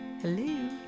Hello